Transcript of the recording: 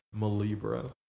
Malibra